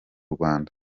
rwanda